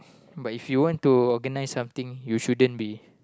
but if you want to organise something you shouldn't be